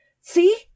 see